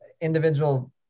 individual